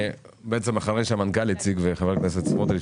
אחרי שהמנכ"ל הציג וחבר הכנסת סמוטריץ',